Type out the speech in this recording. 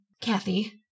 Kathy